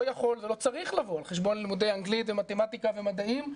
יכול ולא צריך לבוא על חשבון לימודי האנגלית ומתמטיקה ומדעים,